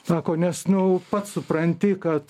sako nes nu pats supranti kad